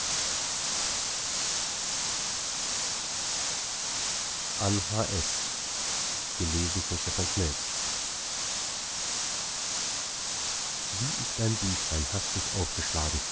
wie ich dein büchlein hastig aufgeschlagen